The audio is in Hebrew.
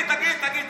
תגיד, תגיד, תגיד.